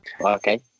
Okay